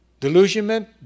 delusionment